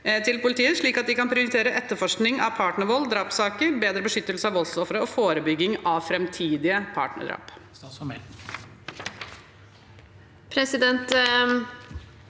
hun utdype – slik at de kan prioritere etterforskning av partnervold, drapssaker, bedre beskyttelse av voldsofre og forebygging av framtidige partnerdrap?